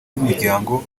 y’umuryango